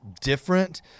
different